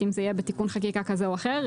אם זה יהיה בתיקון חקיקה כזה או אחר.